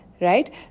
right